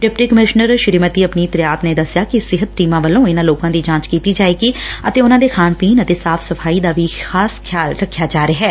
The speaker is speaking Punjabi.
ਡਿਪਟੀ ਕਮਿਸ਼ਨਰ ਸ੍ਰੀਮਤੀ ਅਪਨੀਤ ਰਿਆਤ ਨੇ ਦਸਿਆ ਕਿ ਸਿਹਤ ਟੀਮਾਂ ਵੱਲੋਂ ਇਨਾਂ ਲੋਕਾਂ ਦੀ ਜਾਂਚ ਕੀਤੀ ਜਾਏਗੀ ਅਤੇ ਉਨਾਂ ਦੇ ਖਾਣ ਪੀਣ ਅਤੇ ਸਾਫ਼ ਸਫ਼ਾਈ ਦਾ ਵੀ ਖਿਆਲ ਰਖਿਆ ਜਾ ਰਿਹੈ